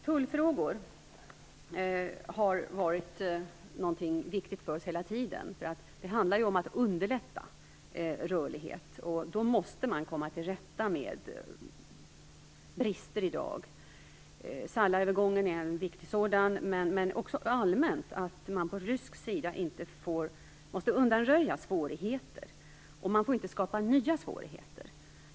Tullfrågorna har varit viktiga för oss hela tiden. Det handlar ju om att underlätta rörlighet, och då måste man komma till rätta med de brister som finns i dag. Sallaövergången är viktig. Men man måste allmänt på rysk sida undanröja svårigheter och får inte skapa nya svårigheter.